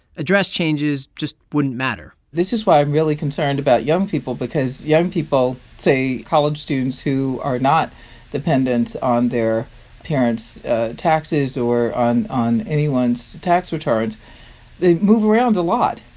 address changes just wouldn't matter this is why i'm really concerned about young people because young people say, college students who are not dependents on their parents' taxes or on on anyone's tax returns they move around a lot.